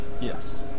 Yes